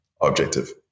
objective